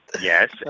Yes